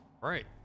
Right